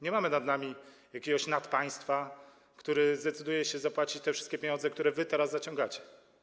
Nie ma nad nami jakiegoś nadpaństwa, które zdecyduje się zapłacić te wszystkie pieniądze, spłacić długi, które wy teraz zaciągacie.